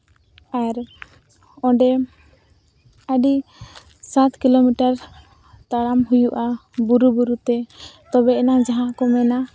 ᱟᱨ ᱚᱸᱰᱮ ᱟᱹᱰᱤ ᱥᱟᱛ ᱠᱤᱞᱳᱢᱤᱴᱟᱨ ᱛᱟᱲᱟᱢ ᱦᱩᱭᱩᱜᱼᱟ ᱵᱩᱨᱩ ᱵᱩᱨᱩ ᱛᱮ ᱛᱚᱵᱮ ᱮᱱᱟᱝ ᱡᱟᱦᱟᱸ ᱠᱚ ᱢᱮᱱᱟ